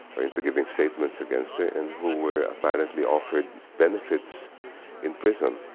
or into giving statements against her, and who were apparently offered benefits in prison.